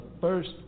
first